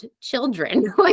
children